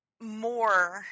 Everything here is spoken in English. more